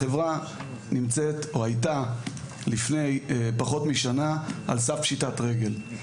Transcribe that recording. החברה הייתה לפני פחות משנה על סף פשיטת רגל.